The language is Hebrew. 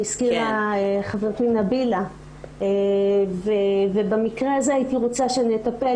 שהזכירה חברתי נבילה ובמקרה הזה הייתי רוצה שנטפל